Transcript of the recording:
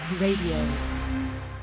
radio